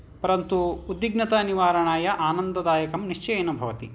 परन्तु उद्विघ्नतानिवारणाय आनन्ददायकं निश्चयेन भवति